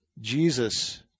Jesus